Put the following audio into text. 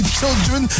children